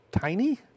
tiny